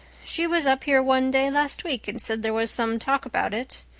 she was up here one day last week and said there was some talk about it.